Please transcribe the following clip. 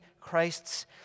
Christ's